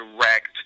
direct